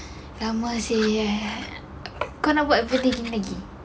lama seh kau nak buat berapa minutes lagi